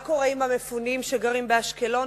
מה קורה עם המפונים שגרים באשקלון?